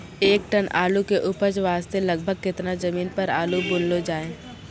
एक टन आलू के उपज वास्ते लगभग केतना जमीन पर आलू बुनलो जाय?